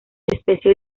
especie